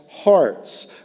hearts